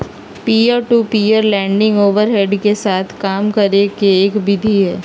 peer to peer lending overhead के साथ काम करे के एक विधि हई